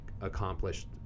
accomplished